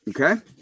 okay